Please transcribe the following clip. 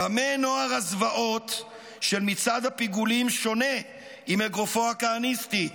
במה נוער הזוועות של מצעד הפיגולים שונה עם אגרופו הכהניסטי?